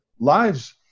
lives